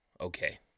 okay